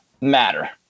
matter